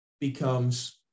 becomes